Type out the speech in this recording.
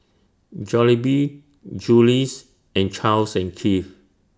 Jollibee Julie's and Charles and Keith